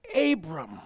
Abram